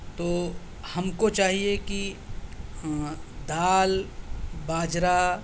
تو ہم کو چاہیے کہ دال باجرہ